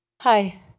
Hi